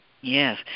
Yes